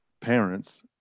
parents